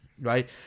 right